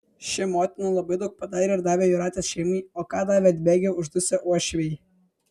ši motina labai daug padarė ir davė jūratės šeimai o ką davė atbėgę uždusę uošviai